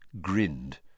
grinned